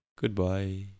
Goodbye